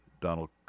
Donald